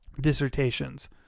dissertations